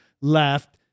left